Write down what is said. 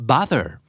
Bother